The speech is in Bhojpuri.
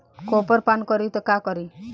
कॉपर पान करी त का करी?